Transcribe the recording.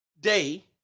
day